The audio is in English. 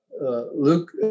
Luke